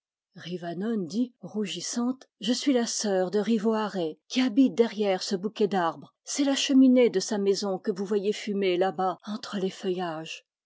rivanone dit rougissante je suis la sœur de rivoaré qui habite derrière ce bou quet d'arbres c'est la cheminée de sa maison que vous voyez fumer là-bas entre les feuillages